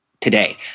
today